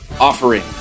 offering